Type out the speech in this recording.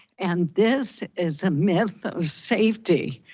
and this is a myth of safety.